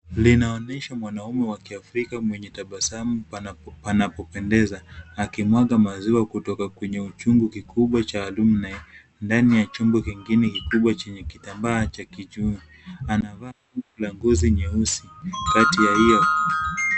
Linaonyesha mwanaume wa kiafrika mwenye tabasamu panapopendeza, akimwaga maziwa kutoka kwenye uchumbo kikubwa cha aluminae ndani ya uchombo kingine kikubwa chenye kitambaa cha kichungi. Anavaa nguo la ngozi nyeusi kati ya hiyo.